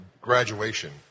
graduation